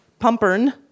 pumpern